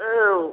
औ